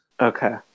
Okay